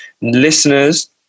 listeners